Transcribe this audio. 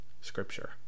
Scripture